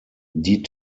die